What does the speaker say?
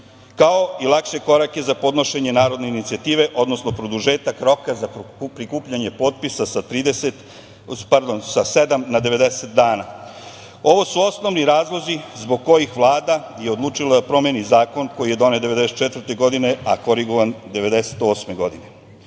kao i lakše korake za podnošenje narodne inicijative, odnosno, produžetak roka za prikupljanje potpisa sa sedam na 90 dana. Ovo su osnovni razlozi zbog kojih je Vlada odlučila da promeni zakon koji je donet 1994. godine, a korigovan 1998. godine.